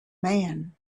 man